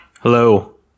Hello